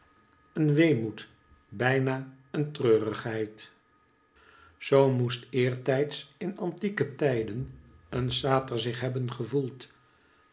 een weemoed bijna een treurigheid zoo moest eertijds in antieke tijden een sater zich hebben gevoeld